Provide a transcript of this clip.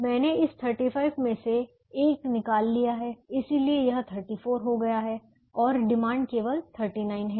मैंने इस 35 में से 1 निकाल लिया है इसलिए यह 34 हो गया है और डिमांड केवल 39 है